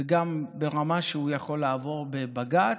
וגם ברמה שהוא יוכל לעבור בבג"ץ.